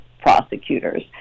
prosecutors